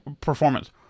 performance